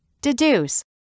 Deduce